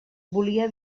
volia